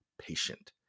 patient